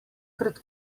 pred